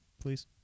please